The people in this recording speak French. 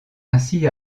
ainsi